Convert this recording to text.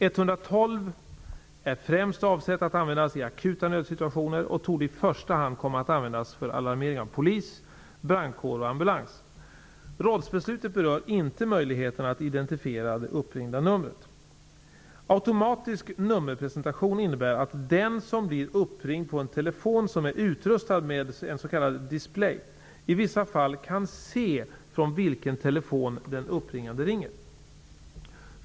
112 är främst avsett att användas i akuta nödsituationer och torde i första hand komma att användas för alarmering av polis, brandkår och ambulans. Rådsbeslutet berör inte möjligheten att identifiera det uppringande numret. Automatisk nummerpresentation innebär att den som blir uppringd på en telefon som är utrustad med en s.k. display i vissa fall kan se från vilken telefon den uppringande ringer.